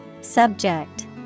Subject